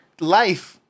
life